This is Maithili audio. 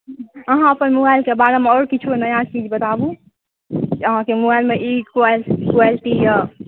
अहाँ अपन मोबाइल के बारेमे आर किछो नया चीज बताबु जे अहाँकेँ मोबाइल मे ई क्वालिटी यऽ